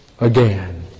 again